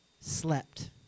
slept